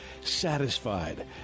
Satisfied